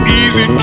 easy